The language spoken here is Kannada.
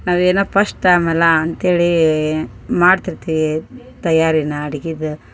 ನಾವು ಏನೋ ಪಶ್ಟ್ ಟೈಮ್ ಅಲ್ಲಾ ಅಂತೇಳೀ ಮಾಡ್ತಿರ್ತೀವಿ ತಯಾರಿನ ಅಡುಗೇದ್